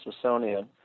Smithsonian